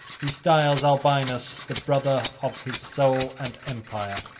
he styles albinus the brother of his soul and empire,